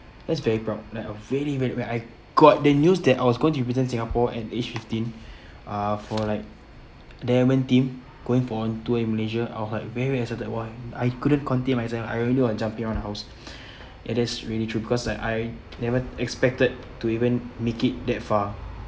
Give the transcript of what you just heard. that's very proud like a very very when I got the news that I was going to represent singapore at age fifteen uh for like diamond team going for on tour in malaysia I was like very very excited about it I couldn't contain myself I really were jumping on our house it is really true because like I never expected to even make it that far